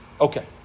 Okay